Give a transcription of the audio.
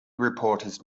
reporters